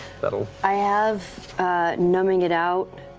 but i have numbing it out,